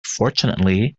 fortunately